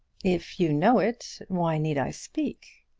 if you know it, why need i speak?